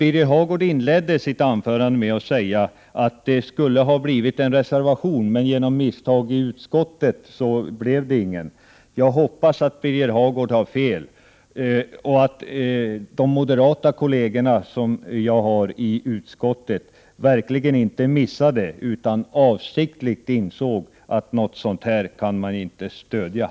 Birger Hagård inledde sitt anförande med att säga att han skulle ha skrivit en reservation men att någon sådan aldrig kom till på grund av ett misstag i utskottet. Jag hoppas att han har fel och att övriga moderater i utskottet verkligen inte missade detta utan avsiktligt insåg att de inte kan stödja något sådant.